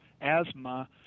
asthma